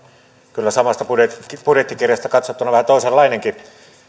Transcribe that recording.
kyllä samasta budjettikirjasta katsottuna vähän toisenlainenkin